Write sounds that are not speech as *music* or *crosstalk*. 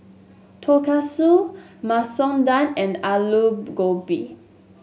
Tonkatsu Masoor Dal and Alu *unintelligible* Gobi